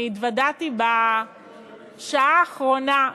אני התוודעתי בשעה האחרונה,